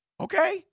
Okay